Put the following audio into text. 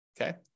okay